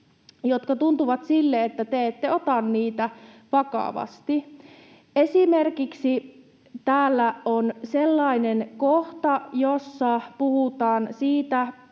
joissa tuntuu, että te ette ota niitä vakavasti. Esimerkiksi täällä on sellainen kohta, jossa puhutaan siitä,